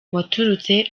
waturutse